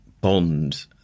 Bond